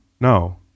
no